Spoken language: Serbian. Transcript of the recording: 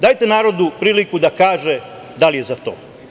Dajte narodu priliku da kaže da li je za to.